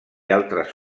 altres